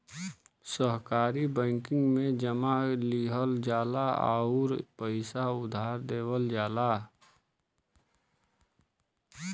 सहकारी बैंकिंग में जमा लिहल जाला आउर पइसा उधार देवल जाला